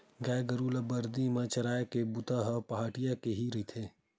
गाय गरु ल बरदी म चराए के बूता ह पहाटिया के ही रहिथे